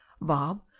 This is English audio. Bob